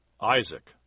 Isaac